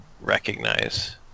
recognize